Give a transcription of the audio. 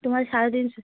তোমার সাড়ে তিনশো